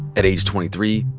at age twenty three,